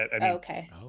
Okay